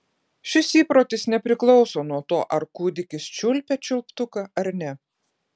šis įprotis nepriklauso nuo to ar kūdikis čiulpia čiulptuką ar ne